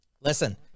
Listen